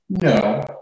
No